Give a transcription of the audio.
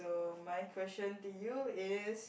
uh my question to you is